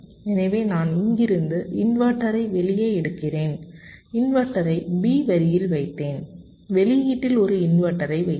எனவே நான் இங்கிருந்து இன்வெர்ட்டரை வெளியே எடுக்கிறேன் இன்வெர்ட்டரை B வரியில் வைத்தேன் வெளியீட்டில் ஒரு இன்வெர்ட்டரை வைத்தேன்